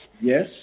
Yes